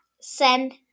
Send